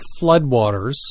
floodwaters